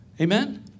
Amen